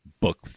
book